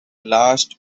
last